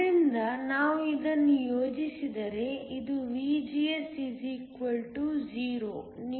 ಆದ್ದರಿಂದ ನಾವು ಇದನ್ನು ಯೋಜಿಸಿದರೆ ಇದು VGS 0